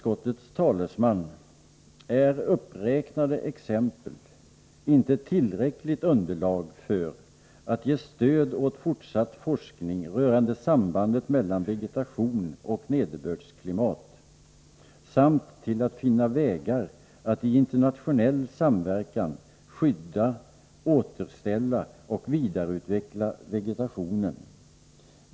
vegetation och nederbördsklimat samt till att finna vägar att i internationell samverkan skydda, återställa och vidareutveckla vegetationen?